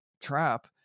trap